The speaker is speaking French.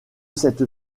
cette